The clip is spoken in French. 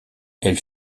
elle